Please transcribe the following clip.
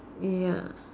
ya